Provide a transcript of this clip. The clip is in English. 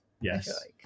Yes